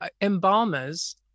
embalmers